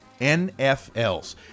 NFLs